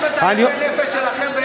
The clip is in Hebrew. מה זה קשור?